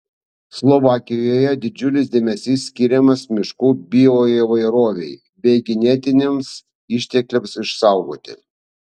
slovakijoje didžiulis dėmesys skiriamas miškų bioįvairovei bei genetiniams ištekliams išsaugoti